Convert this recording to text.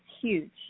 huge